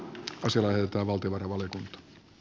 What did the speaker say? se että valtio korvan